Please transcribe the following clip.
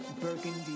Burgundy